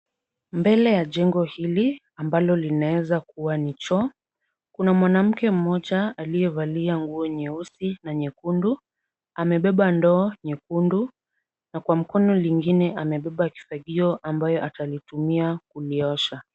Mbele ya jengo hili ambalo linawezakuwa ni choo, kuna mwanamke mmoja aliyevalia nguo nyeusi na nyekundu amebeba ndoo nyekundu na kwa mkono lingine amebeba chupa hiyo ambayo atalitumia kuliosha.